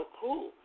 cool